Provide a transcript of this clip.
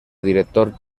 director